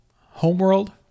Homeworld